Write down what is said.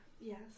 Yes